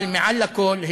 אבל מעל לכול,